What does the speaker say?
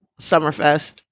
Summerfest